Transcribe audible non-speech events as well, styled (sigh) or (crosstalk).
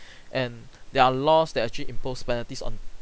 (breath) and there are laws that actually impose penalties on